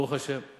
ברוך השם,